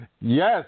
Yes